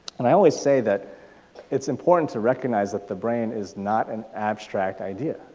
and i always say that it's important to recognize that the brain is not an abstract idea.